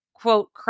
Quote